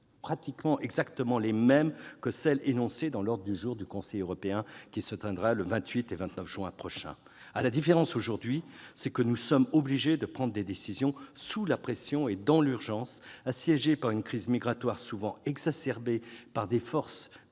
presque exactement les mêmes que celles qui sont énoncées dans l'ordre du jour du Conseil européen des 28 et 29 juin prochains. À la différence que, aujourd'hui, nous sommes obligés de prendre des décisions sous la pression et dans l'urgence, assiégés par une crise migratoire souvent exacerbée par des forces